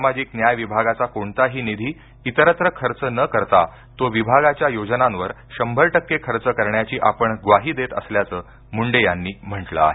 सामाजिक न्याय विभागाचा कोणताही निधी इतरत्र खर्च न करता तो विभागाच्या योजनांवर शंभर टक्के खर्च करण्याची आपण ग्वाही देत असल्याच मुंडे यांनी म्हटलं आहे